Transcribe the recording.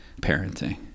parenting